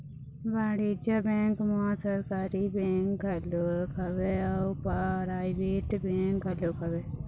वाणिज्य बेंक म सरकारी बेंक घलोक हवय अउ पराइवेट बेंक घलोक हवय